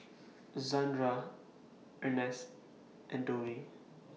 Zandra Ernst and Dovie